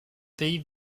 pays